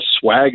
swag